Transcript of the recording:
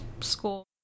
school